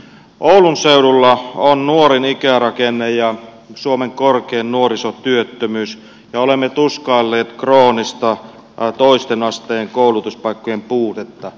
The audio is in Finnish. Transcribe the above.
oulun seudulla on nuorin ikärakenne ja suomen korkein nuorisotyöttömyys ja olemme tuskailleet kroonista toisen asteen koulutuspaikkojen puutetta